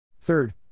Third